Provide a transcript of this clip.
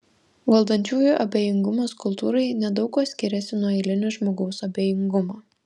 valdančiųjų abejingumas kultūrai nedaug kuo skiriasi nuo eilinio žmogaus abejingumo